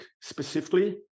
specifically